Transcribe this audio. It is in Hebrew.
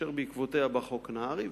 אשר בעקבותיה בא חוק נהרי,